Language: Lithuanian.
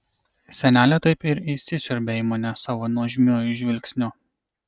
senelė taip ir įsisiurbė į mane savo nuožmiuoju žvilgsniu